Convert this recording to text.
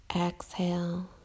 Exhale